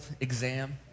exam